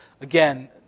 Again